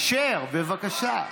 אשר, בבקשה.